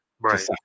right